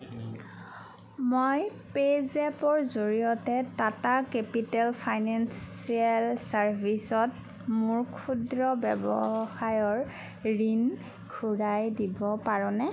মই পে' জেপৰ জৰিয়তে টাটা কেপিটেল ফাইনেন্সিয়েল চাৰ্ভিছত মোৰ ক্ষুদ্ৰ ব্যৱসায়ৰ ঋণ ঘূৰাই দিব পাৰোনে